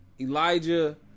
Elijah